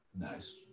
Nice